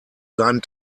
seinen